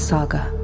Saga